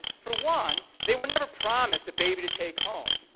for one, they were never promised a baby to take home